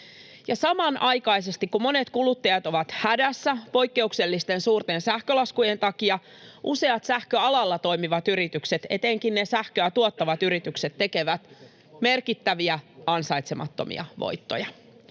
Samanaikaisesti kun monet kuluttajat ovat hädässä poikkeuksellisten suurten sähkölaskujen takia, useat sähköalalla toimivat yritykset, etenkin sähköä tuottavat yritykset, tekevät merkittäviä ansaitsemattomia voittoja.